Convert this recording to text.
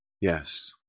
Yes